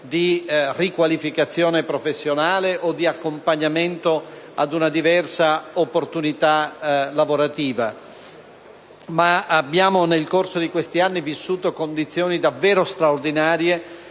di riqualificazione professionale o di accompagnamento ad una diversa opportunità lavorativa. Ma nel corso di questi anni abbiamo vissuto condizioni davvero straordinarie